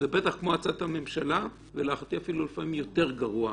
זה בטח כמו הצעת הממשלה ולפעמים אפילו יותר גרוע.